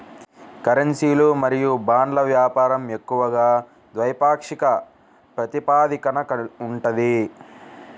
కరెన్సీలు మరియు బాండ్ల వ్యాపారం ఎక్కువగా ద్వైపాక్షిక ప్రాతిపదికన ఉంటది